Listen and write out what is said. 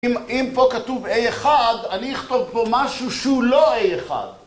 אם פה כתוב A1, אני אכתוב פה משהו שהוא לא A1.